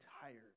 tired